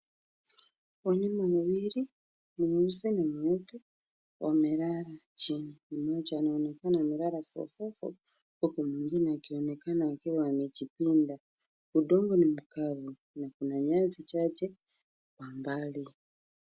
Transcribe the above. Wanyama wawili, mweusi na mweupe wamelala chini. Mmoja anaonekana amelala fofofo, huku mwingine akionekana akiwa amejipinda. Udongo ni mkavu na kuna nyasi chache kwa mbali.